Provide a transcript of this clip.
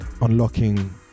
Unlocking